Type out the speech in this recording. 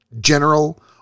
General